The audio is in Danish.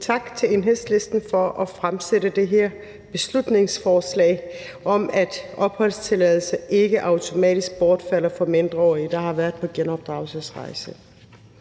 tak til Enhedslisten for at fremsætte det her beslutningsforslag om, at opholdstilladelser ikke automatisk bortfalder for mindreårige, der har været på genopdragelsesrejse.